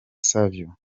savio